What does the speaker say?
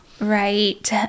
Right